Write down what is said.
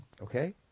Okay